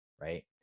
right